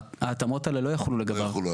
ההתאמות האלה לא יחולו לגביו.